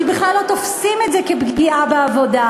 הם בכלל לא תופסים את זה כפגיעה בעבודה.